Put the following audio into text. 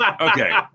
Okay